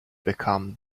become